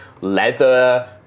leather